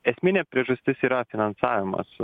esminė priežastis yra finansavimas